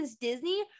disney